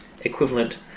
Equivalent